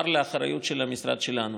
עבר לאחריות של המשרד שלנו,